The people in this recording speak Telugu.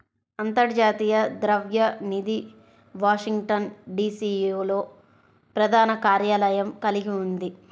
అంతర్జాతీయ ద్రవ్య నిధి వాషింగ్టన్, డి.సి.లో ప్రధాన కార్యాలయం కలిగి ఉంది